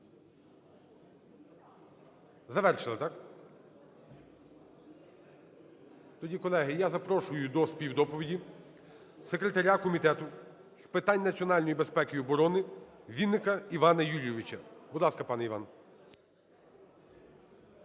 Завершили, так? Тоді, колеги, я запрошую до співдоповіді секретаря Комітету з питань національної безпеки і оброни Вінника Івана Юлійовича. Будь ласка, пане Іване.